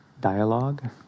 dialogue